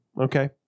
Okay